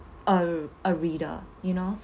uh a reader you know